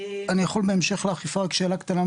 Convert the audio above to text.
אני יכול רק בהמשך לחקיקה, שאלה קטנה.